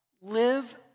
Live